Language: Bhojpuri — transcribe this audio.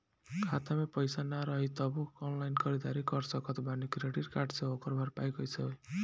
खाता में पैसा ना रही तबों ऑनलाइन ख़रीदारी कर सकत बानी क्रेडिट कार्ड से ओकर भरपाई कइसे होई?